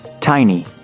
Tiny